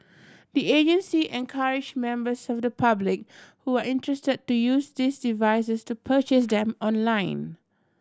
the agency encouraged members of the public who are interested to use these devices to purchase them online